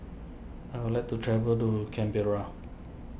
I would like to travel to Canberra